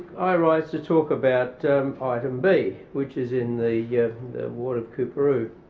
i rise to talk about item b which is in the the ward of coorparoo.